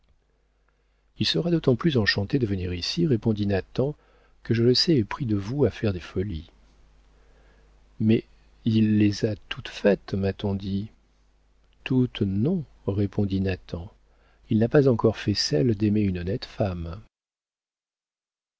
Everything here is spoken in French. il sera d'autant plus enchanté de venir ici répondit nathan que je le sais épris de vous à faire des folies mais il les a toutes faites m'a-t-on dit toutes non répondit nathan il n'a pas encore fait celle d'aimer une honnête femme